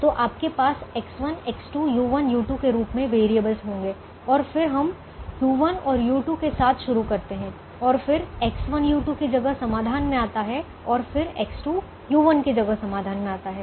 तो आपके पास X1 X2 u1 u2 के रूप में वैरिएबलस होंगे और फिर हम u1 और u2 के साथ शुरू करते हैं और फिर X1 u2 की जगह समाधान में आता है और फिर X2 u1 की जगह समाधान में आता है